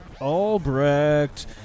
Albrecht